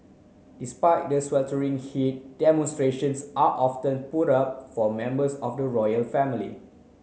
despite the sweltering heat demonstrations are often put up for members of the royal family